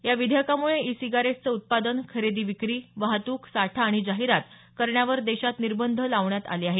या विधेयकानुसार ई सिगारेट्सचं उत्पादन खरेदी विक्री वाहतूक साठा आणि जाहिरात करण्यावर देशात निर्बंध लावण्यात आले आहेत